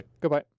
Goodbye